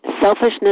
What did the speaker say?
Selfishness